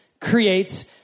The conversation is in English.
creates